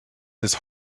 his